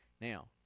now